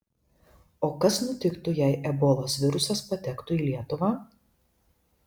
o kas nutiktų jei ebolos virusas patektų į lietuvą